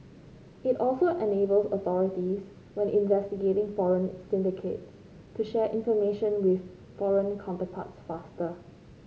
it also enables authorities when investigating foreign syndicates to share information with foreign counterparts faster